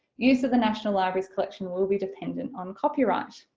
use of the national library's collection will will be dependent on copyright.